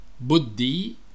Buddhi